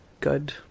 good